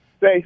say